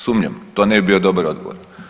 Sumnjam, to ne bi bio dobar odgovor.